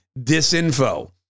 disinfo